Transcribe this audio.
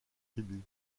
tribu